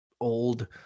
old